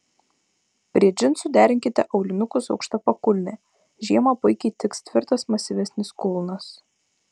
prie džinsų derinkite aulinukus aukšta pakulne žiemą puikiai tiks tvirtas masyvesnis kulnas